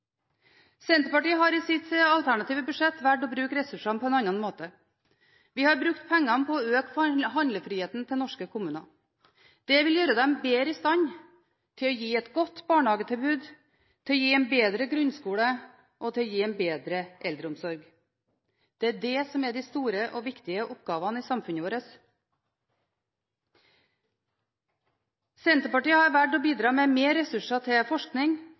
Senterpartiet har i sitt alternative budsjett valgt å bruke ressursene på en annen måte. Vi har brukt pengene på å øke handlefriheten til norske kommuner. Det vil gjøre dem bedre i stand til å gi et godt barnehagetilbud, en bedre grunnskole og en bedre eldreomsorg. Det er det som er de store og viktige oppgavene i samfunnet vårt. Senterpartiet har valgt å bidra med mer ressurser til forskning,